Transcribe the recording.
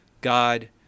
God